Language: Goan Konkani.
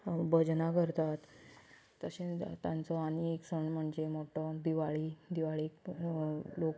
भजनां करतात तशेंच तांचो आनीक एक सण म्हणजे मोटो दिवाळी दिवाळीक लोक